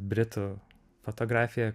britų fotografiją